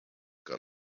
got